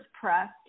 pressed